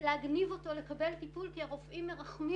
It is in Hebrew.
להגניב אותו לקבל טיפול כי הרופאים מרחמים